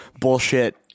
bullshit